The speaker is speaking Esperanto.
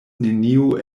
nenio